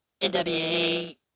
NWA